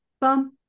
Bum